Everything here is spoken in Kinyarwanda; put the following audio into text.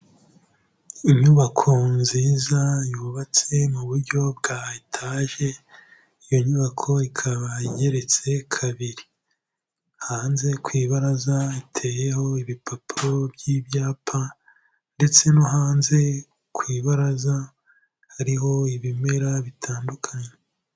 Inyubako nziza yubatse mu buryo bwa etaje, iyo nyubako ikaba igereretse kabiri, hanze ku ibaraza iteyeho ibipapu by'ibyapa, ndetse no hanze ku ibaraza hariho ibimera bitandukanye.